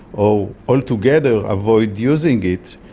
or altogether avoid using it.